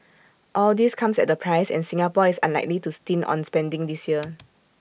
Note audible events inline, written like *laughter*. all this comes at A price and Singapore is unlikely to stint on spending this year *noise*